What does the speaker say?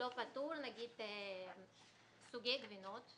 לא פטור, הרבה סוגי גבינות.